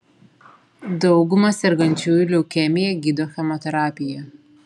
daugumą sergančiųjų leukemija gydo chemoterapija